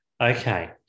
Okay